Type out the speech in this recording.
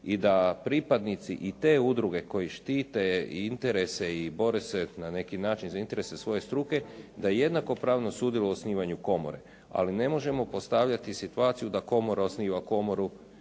i da pripadnici i te udruge koji štite interese i bore se na neki način za interese svoje struke, da jednakopravno sudjeluju u osnivanju komore. Ali ne možemo postavljati situaciju da komora osniva komoru